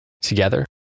Together